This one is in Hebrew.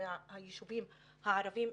זה היישובים הערבים.